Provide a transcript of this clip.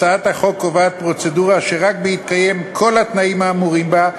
הצעת החוק קובעת פרוצדורה שרק בהתקיים כל התנאים האמורים בה,